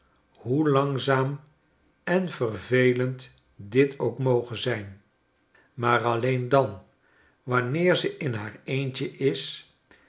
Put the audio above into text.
hoe langzaam en vervelend dit ook moge zjn maar alleen dan wanneer ze in haar eentje is